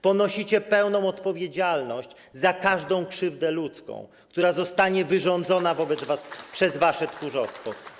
Ponosicie pełną odpowiedzialność za każdą krzywdę ludzką, która zostanie wyrządzona przez wasze tchórzostwo.